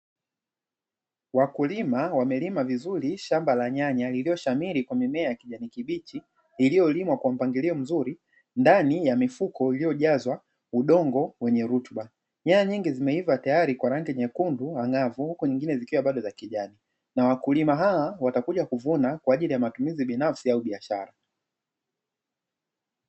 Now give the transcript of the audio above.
Wakulima wamelima vizuri shamba la nyanya lililoshamiri kwa mimea ya kijani kibichi iliyolimwa kwa mpangilio mzuri ndani ya mifuko iliyojazwa udongo mwenye rutuba. Nyanya nyingi zimeiva tayari kwa rangi nyekundu angavu, huku nyingine zikiwa bado za kijani; na wakulima hawa watakuja kuvuna kwa ajili ya matumizi binafsi au biashara.